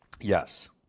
Yes